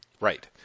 Right